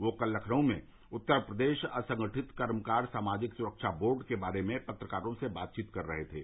वह कल लखनऊ में उत्तर प्रदेश असंगठित कर्मकार सामाजिक सुरक्षा बोर्ड के बारे में पत्रकारों से बातचीत कर रहे थे